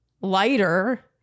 lighter